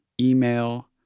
email